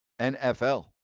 NFL